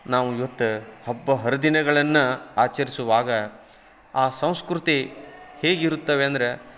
ನಾವು ಇವತ್ತು ಹಬ್ಬ ಹರಿದಿನಗಳನ್ನ ಆಚರಿಸುವಾಗ ಆ ಸಂಸ್ಕೃತಿ ಹೇಗಿರುತ್ತವೆ ಅಂದರೆ